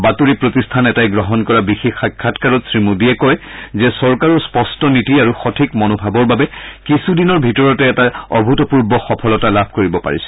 বাতৰি প্ৰতিষ্ঠান এটাই গ্ৰহণ কৰা বিশেষ সাক্ষাৎকাৰত শ্ৰীমোদীয়ে কয় যে চৰকাৰৰ স্পষ্ট নীতি আৰু সঠিক মনোভাৱৰ বাবে কিছুদিনৰ ভিতৰতে এটা অভূতপূৰ্ব সফলতা লাভ কৰিব পাৰিছে